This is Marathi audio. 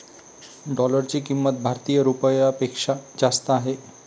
डॉलरची किंमत भारतीय रुपयापेक्षा जास्त आहे